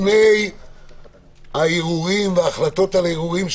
לפני הערעורים וההחלטות על הערעורים,